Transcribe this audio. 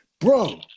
bro